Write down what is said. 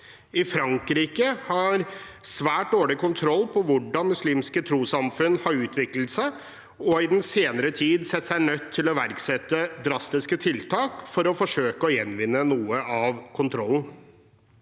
Frankrike har hatt svært dårlig kontroll på hvordan muslimske trossamfunn har utviklet seg, og har i den senere tid sett seg nødt til å iverksette drastiske tiltak for å forsøke å gjenvinne noe av kontrollen.